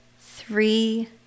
three